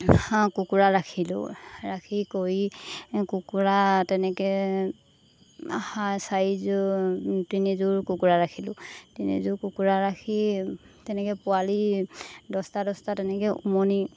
হাঁহ কুকুৰা ৰাখিলোঁ ৰাখি কৰি কুকুৰা তেনেকৈ হা চাৰিযোৰ তিনিযোৰ কুকুৰা ৰাখিলোঁ তিনিযোৰ কুকুৰা ৰাখি তেনেকৈ পোৱালি দছটা দছটা তেনেকৈ উমনি